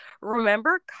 remember